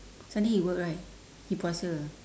sunday he work right he puasa